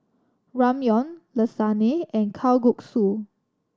Ramyeon Lasagne and Kalguksu